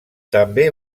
també